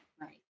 right